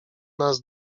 nas